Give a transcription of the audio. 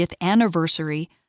anniversary